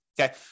Okay